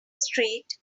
street